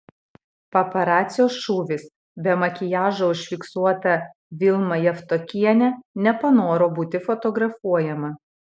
paparacio šūvis be makiažo užfiksuota vilma javtokienė nepanoro būti fotografuojama